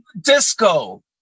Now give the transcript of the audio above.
disco